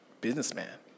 businessman